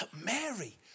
Mary